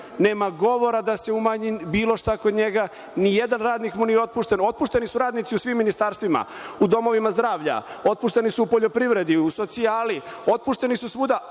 nema govora da se umanji bilo šta kod njega. Ni jedan radnik mu nije otpušten. Otpušteni su radnici u svim ministarstvima, u domovima zdravlja, otpušteni su u poljoprivredi, u socijali, otpušteni su svuda,